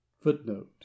footnote